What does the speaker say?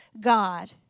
God